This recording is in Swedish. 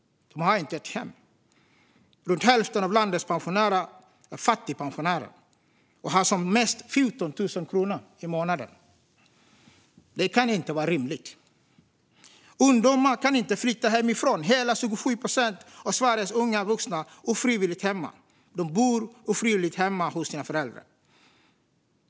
Runt hälften av landets pensionärer är fattigpensionärer och har som mest 14 000 kronor i månaden. Det kan inte vara rimligt. Ungdomar kan inte flytta hemifrån. Hela 27 procent av Sveriges unga vuxna bor ofrivilligt hemma hos sina föräldrar.